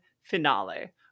finale